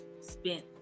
spent